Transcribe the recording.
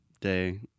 day